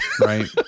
right